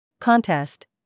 Contest